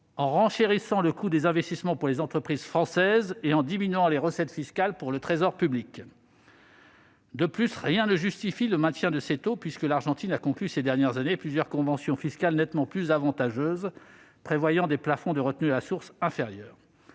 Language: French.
en renchérissant le coût des investissements pour les entreprises françaises, d'autre part, en diminuant les recettes fiscales pour le Trésor public. De plus, rien ne justifie le maintien de ces taux, l'Argentine ayant conclu ces dernières années des conventions fiscales nettement plus avantageuses, qui prévoient des plafonds de retenue à la source inférieurs.